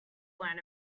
learn